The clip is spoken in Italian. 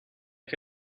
che